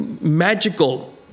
magical